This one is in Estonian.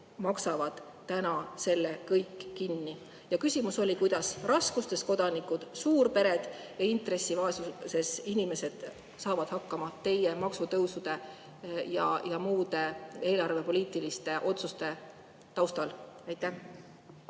maksavad täna selle kõik kinni. Ja küsimus oli, kuidas raskustes kodanikud, suurpered ja intressivaesuses inimesed saavad hakkama teie maksutõusude ja muude eelarvepoliitiliste otsuste taustal. Aitäh!